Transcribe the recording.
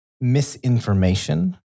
misinformation